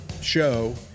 show